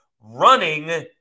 Running